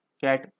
Cat